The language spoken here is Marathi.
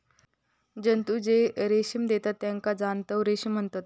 जंतु जे रेशीम देतत तेका जांतव रेशीम म्हणतत